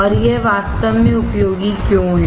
और यह वास्तव में उपयोगी क्यों है